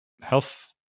health